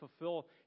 fulfill